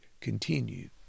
continue